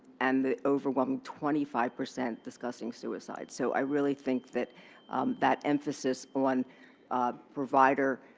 and the overwhelming twenty five percent discussing suicide. so i really think that that emphasis on provider,